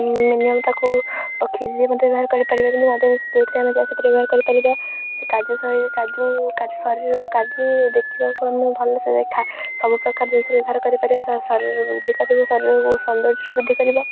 minimum ତାକୁ କ୍ଷିରିରେ ମଧ୍ୟ ବ୍ୟବହାର କରିପାରିବା କିନ୍ତୁ ମଧ୍ୟ ଯୋଉଥିରେ ଆମେ ଚା ସେଥିରେ ବ୍ୟବହାର କରିପାରିବା କାଜୁ ଶରୀରର କାଜୁ ଦେଖିବାକୁ ଆମେ ଭଲ ସେ ଦେଖା ସବୁପ୍ରକାର ଜିନିଷ ବ୍ୟବହାର କରିପାରିବା ଶରୀର ବୃଦ୍ଧି କରିବ ଶରୀରର ସୌନ୍ଦର୍ଯ୍ୟରେ ବୃଦ୍ଧି କରିବ